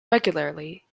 regularly